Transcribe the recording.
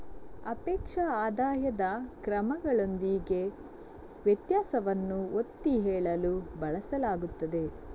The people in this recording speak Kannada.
ಸಾಪೇಕ್ಷ ಆದಾಯದ ಕ್ರಮಗಳೊಂದಿಗೆ ವ್ಯತ್ಯಾಸವನ್ನು ಒತ್ತಿ ಹೇಳಲು ಬಳಸಲಾಗುತ್ತದೆ